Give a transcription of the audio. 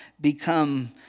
become